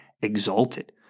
exalted